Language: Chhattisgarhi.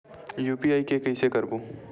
यू.पी.आई के कइसे करबो?